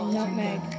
Nutmeg